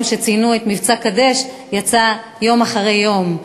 שציינו את מבצע "קדש" הם יום אחרי יום.